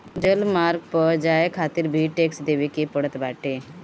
जलमार्ग पअ जाए खातिर भी टेक्स देवे के पड़त बाटे